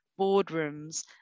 boardrooms